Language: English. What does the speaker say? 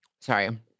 Sorry